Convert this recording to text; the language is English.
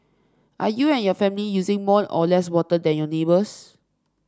are you and your family using more or less water than your neighbours